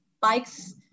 bikes